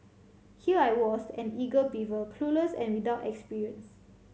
here I was an eager beaver clueless and without experience